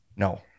No